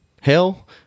hell